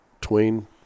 Twain